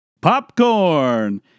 popcorn